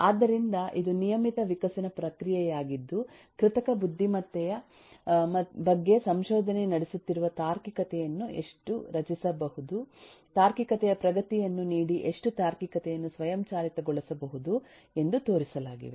ಆದ್ದರಿಂದ ಇದು ನಿಯಮಿತ ವಿಕಸನ ಪ್ರಕ್ರಿಯೆಯಾಗಿದ್ದು ಕೃತಕ ಬುದ್ಧಿಮತ್ತೆಯ ಬಗ್ಗೆ ಸಂಶೋಧನೆ ನಡೆಸುತ್ತಿರುವ ತಾರ್ಕಿಕತೆಯನ್ನು ಎಷ್ಟು ರಚಿಸಬಹುದು ತಾರ್ಕಿಕತೆಯ ಪ್ರಗತಿಯನ್ನು ನೀಡಿ ಎಷ್ಟು ತಾರ್ಕಿಕತೆಯನ್ನು ಸ್ವಯಂಚಾಲಿತಗೊಳಿಸಬಹುದು ಎಂದು ತೋರಿಸಲಾಗಿವೆ